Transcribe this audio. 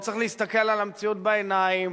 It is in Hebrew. וצריך להסתכל על המציאות בעיניים.